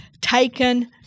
taken